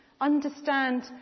understand